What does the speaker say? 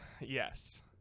yes